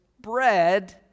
bread